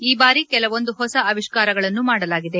ಈ ಬಾರಿ ಕೆಲವೊಂದು ಹೊಸ ಆವಿಷ್ಕಾರಗಳನ್ನು ಮಾಡಲಾಗಿದೆ